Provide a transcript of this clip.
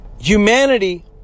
Humanity